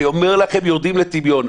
אני אומר לכם, יורדים לטמיון.